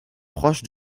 proche